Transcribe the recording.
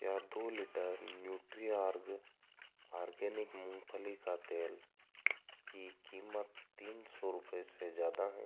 क्या दो litre Nutriorg organic मूँगफली का तेल की कीमत तीन सौ रुपये से ज़्यादा हैं